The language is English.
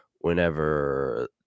whenever